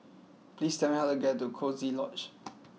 please tell me how to get to Coziee Lodge